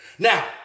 Now